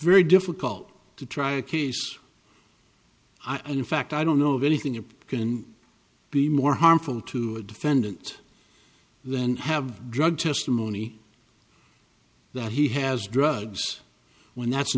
very difficult to try a case i don't in fact i don't know of anything you can be more harmful to a defendant than have drug testimony that he has drugs when that's